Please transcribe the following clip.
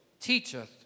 teacheth